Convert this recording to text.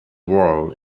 word